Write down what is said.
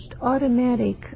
automatic